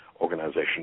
organization